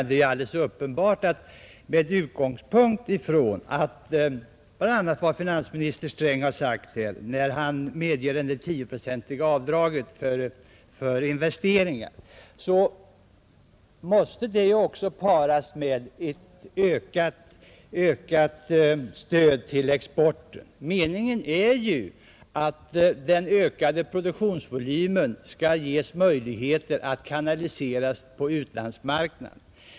Det är alldeles uppenbart att med utgångspunkt i bl.a. vad finansministern sagt i finansplanen, när han medger det 10-procentiga avdraget för investeringar, så måste det också paras med ett ökat stöd till exporten. Meningen är ju att den ökade produktionsvolymen skall ges möjligheter att kanaliseras på utlandsmarknaden.